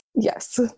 Yes